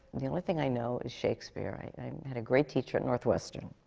the only thing i know is shakespeare. i had a great teacher at northwestern,